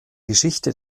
geschichte